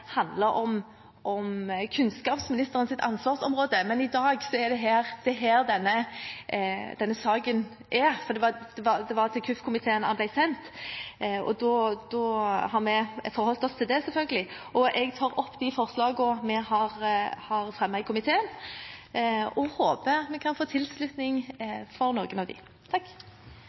handler om kunnskapsministerens ansvarsområde, men det er her denne saken er, for det var til kirke-, utdannings- og forskningskomiteen den ble sendt, og da har vi selvfølgelig forholdt oss til det. Jeg tar opp de forslagene vi har fremmet i komiteen, og håper vi kan få tilslutning for noen av dem. Representanten Iselin Nybø har tatt opp de